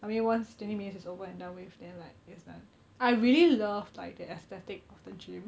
I mean once twenty minutes is over and done with then like it's done I really love like the aesthetic of the gym